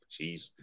jeez